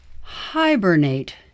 Hibernate